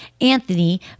Anthony